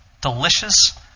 delicious